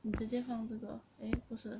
你直接放这个 eh 不是